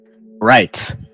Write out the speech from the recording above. Right